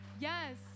Yes